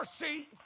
mercy